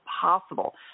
possible